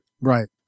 Right